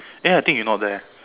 eh I think you're not there